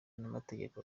n’amategeko